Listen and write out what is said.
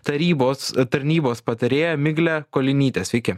tarybos tarnybos patarėja migle kolinyte sveiki